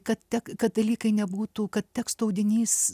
kad tek katalikai nebūtų kad teksto audinys